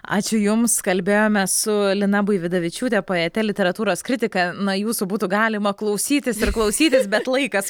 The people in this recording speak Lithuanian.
ačiū jums kalbėjome su lina buividavičiūte poete literatūros kritike na jūsų būtų galima klausytis ir klausytis bet laikas